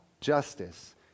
justice